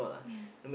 yeah